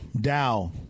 Dow